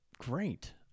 Great